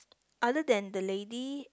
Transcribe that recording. other than the lady